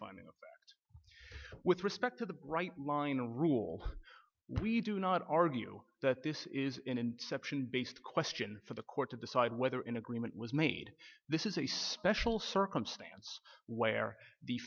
with respect to the right line rule we do not argue that this is in and section based question for the court to decide whether in agreement was made this is a special circumstance where the